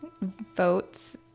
votes